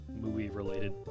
movie-related